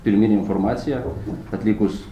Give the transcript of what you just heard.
pirminę informaciją atlikus